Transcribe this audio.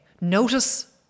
notice